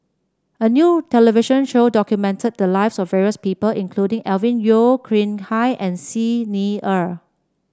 a new television show documented the lives of various people including Alvin Yeo Khirn Hai and Xi Ni Er